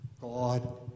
God